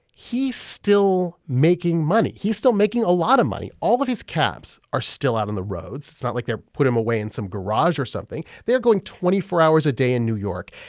he's still making money. he's still making a lot of money. all of his cabs are still out on the roads. it's not like they're put um away in some garage or something. they're going twenty four hours a day in new york.